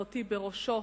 ואותי בראשו,